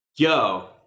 Yo